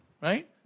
right